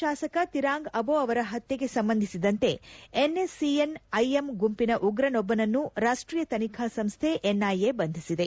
ಅರುಣಾಚಲ ಪ್ರದೇಶದ ಶಾಸಕ ತಿರಾಂಗ್ ಅಬೊ ಅವರ ಹತ್ನೆಗೆ ಸಂಬಂಧಿಸಿದಂತೆ ಎನ್ಎಸ್ಸಿಎನ್ ಐಎಂ ಗುಂಪಿನ ಉಗ್ರನೊಬ್ಬನನ್ನು ರಾಷ್ಟೀಯ ತನಿಖಾ ಸಂಸ್ಥೆ ಎನ್ಐಎ ಬಂಧಿಸಿದೆ